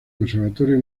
conservatorio